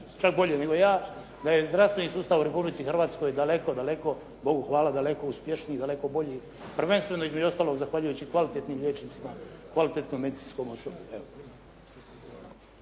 čak bolje nego ja da je zdravstveni sustav u Republici Hrvatskoj daleko, daleko, Bogu hvala daleko uspješniji, daleko bolji prvenstveno između ostalog zahvaljujući kvalitetnim liječnicima, kvalitetnom medicinskom osoblju.